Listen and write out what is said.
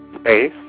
space